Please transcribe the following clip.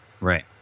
right